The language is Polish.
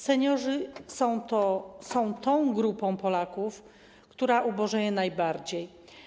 Seniorzy są tą grupą Polaków, która ubożeje najbardziej.